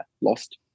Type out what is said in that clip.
lost